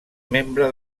membre